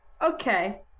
Okay